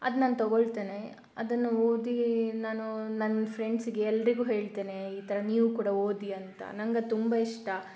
ಅದು ನಾನು ತಗೊಳ್ತೇನೆ ಅದನ್ನು ಓದಿ ನಾನು ನನ್ನ ಫ್ರೆಂಡ್ಸ್ಗೆ ಎಲ್ಲರಿಗೂ ಹೇಳ್ತೇನೆ ಈ ಥರ ನೀವು ಕೂಡ ಓದಿ ಅಂತ ನನಗದು ತುಂಬ ಇಷ್ಟ